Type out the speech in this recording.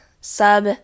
sub